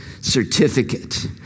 certificate